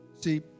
See